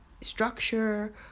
structure